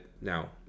now